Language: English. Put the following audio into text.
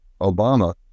Obama